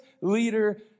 leader